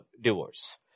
divorce